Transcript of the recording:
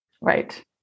Right